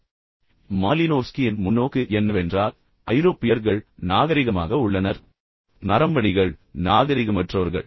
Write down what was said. எனவே மாலினோவ்ஸ்கியின் முன்னோக்கு என்னவென்றால் ஐரோப்பியர்கள் நாகரிகமாக உள்ளனர் பின்னர் நரம்பணிகள் நாகரிகமற்றவர்கள்